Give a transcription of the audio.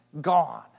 gone